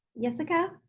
yesica?